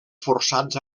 forçats